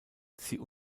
sie